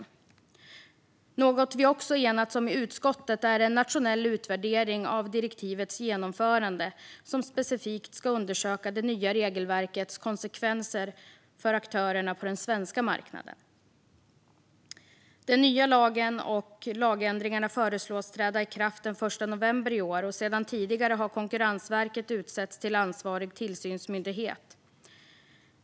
I utskottet har vi också enats om en nationell utvärdering av direktivets genomförande. Den ska specifikt undersöka det nya regelverkets konsekvenser för aktörerna på den svenska marknaden. Den nya lagen och lagändringarna föreslås träda i kraft den 1 november i år, och sedan tidigare har Konkurrensverket utsetts till ansvarig tillsynsmyndighet.